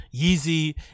Yeezy